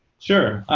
sure.